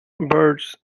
birds